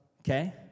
okay